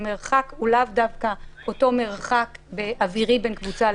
המרחק הוא לאו דווקא אותו מרחק אווירי בין קבוצה לקבוצה.